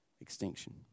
extinction